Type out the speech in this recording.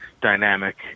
dynamic